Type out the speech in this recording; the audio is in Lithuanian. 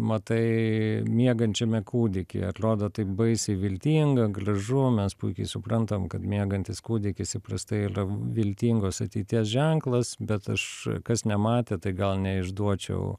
matai miegančiame kūdikyje atliodo taip baisiai viltinga gliažu mes puikiai suprantam kad miegantis kūdikis įprastai ylia viltingos ateities ženklas bet aš kas nematė tai gal neišduočiau